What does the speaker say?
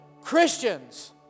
Christians